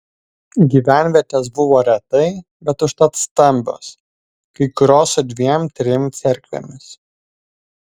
gyvenvietės buvo retai bet užtat stambios kai kurios su dviem trim cerkvėmis